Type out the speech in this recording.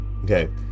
Okay